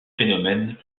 phénomènes